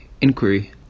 inquiry